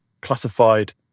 classified